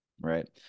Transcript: right